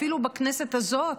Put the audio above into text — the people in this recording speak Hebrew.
אפילו בכנסת הזאת,